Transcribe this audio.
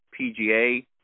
PGA